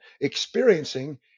experiencing